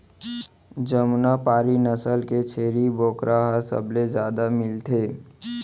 जमुना पारी नसल के छेरी बोकरा ह सबले जादा मिलथे